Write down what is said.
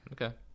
Okay